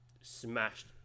smashed